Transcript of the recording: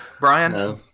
Brian